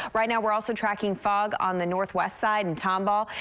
right now we're also tracking fog on the northwest side in tomball.